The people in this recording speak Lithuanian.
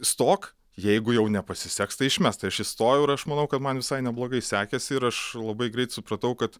stok jeigu jau nepasiseks tai išmes tai aš įstojau ir aš manau kad man visai neblogai sekėsi ir aš labai greit supratau kad